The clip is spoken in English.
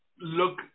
look